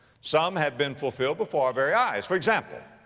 some have been fulfilled before our very eyes. for example,